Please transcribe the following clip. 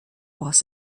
was